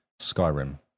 Skyrim